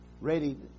Ready